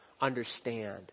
understand